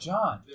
John